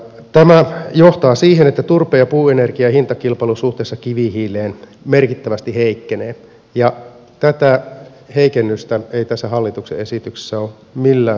tämä johtaa siihen että turpeen ja puuenergian hintakilpailukyky suhteessa kivihiileen merkittävästi heikkenee ja tätä heikennystä ei tässä hallituksen esityksessä ole millään tavalla tutkittu